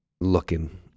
looking